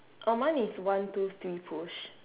oh mine is one two three push